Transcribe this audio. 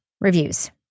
reviews